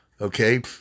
okay